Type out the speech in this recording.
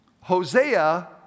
Hosea